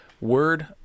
word